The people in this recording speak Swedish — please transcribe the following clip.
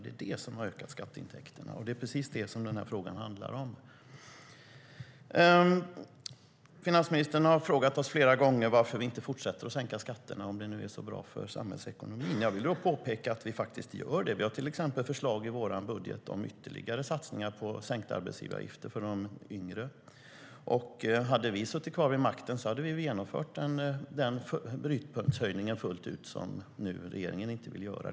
Det är det som har ökat skatteintäkterna, och det är precis det som den här frågan handlar om. Finansministern har frågat oss flera gånger varför vi inte fortsätter att sänka skatterna om det nu är så bra för samhällsekonomin. Jag vill påpeka att vi faktiskt gör det. Vi har till exempel förslag i vår budget om ytterligare satsningar på sänkta arbetsgivaravgifter för de yngre. Och hade vi suttit kvar vid makten hade vi fullt ut genomfört den brytpunktshöjning som regeringen nu inte vill göra.